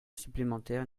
supplémentaire